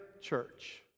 church